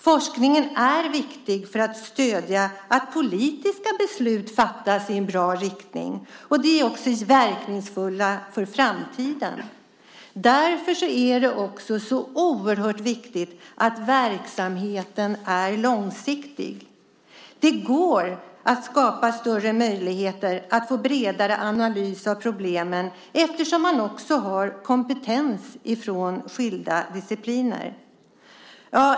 Forskningen är viktig för att stödja att politiska beslut fattas i en bra riktning och att dessa beslut är verkningsfulla för framtiden. Därför är det också oerhört viktigt att verksamheten är långsiktig. Det går att skapa större möjligheter och att få bredare analyser av problemen eftersom man har kompetens från skilda discipliner.